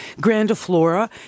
grandiflora